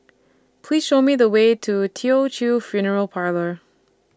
Please Show Me The Way to Teochew Funeral Parlour